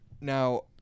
Now